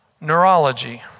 neurology